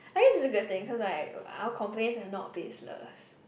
i guess is a good thing cause like our complaints are not baseless